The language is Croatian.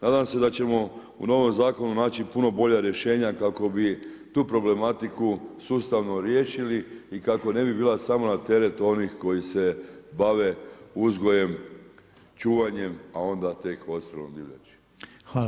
Nadam se da ćemo u novom zakonu naći puno bolja rješenja kako bi tu problematiku sustavno riješili i kako ne bi bila samo na teret oni koji se bave uzgojem, čuvanjem, a onda tek ostalom divljači.